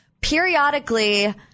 periodically